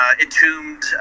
Entombed